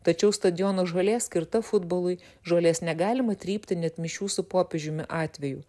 tačiau stadiono žolė skirta futbolui žolės negalima trypti net mišių su popiežiumi atveju